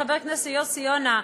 חבר הכנסת יוסי יונה,